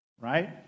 Right